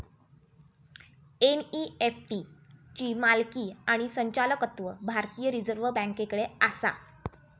NEFT ची मालकी आणि संचालकत्व भारतीय रिझर्व बँकेकडे आसा